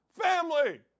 family